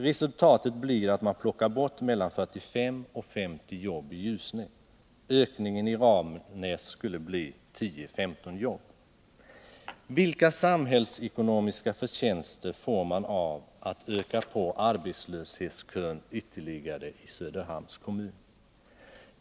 Resultatet blir att man plockar bort 45-50 jobb i Ljusne. Ökningen i Ramnäs skulle bli 10-15 jobb. Vilka samhällsekonomiska fördelar blir det om man ökar arbetslöshetskön ytterligare i Söderhamns kommun?